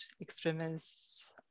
extremists